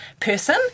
person